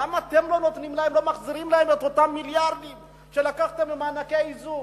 למה אתם לא מחזירים להן את אותם מיליארדים שלקחתם במענקי האיזון?